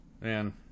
Man